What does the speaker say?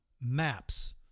maps